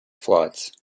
flights